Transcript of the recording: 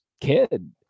kid